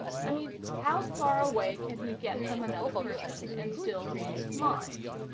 i mean how far away can he get from another person and still read his mind?